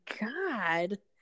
god